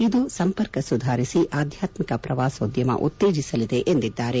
ಇದು ಸಂಪರ್ಕ ಸುಧಾರಿಸಿ ಆಧ್ಯಾತ್ಮಿಕ ಪ್ರವಾಸೋದ್ಯಮ ಉತ್ತೇಜೆಸಲಿದೆ ಎಂದರು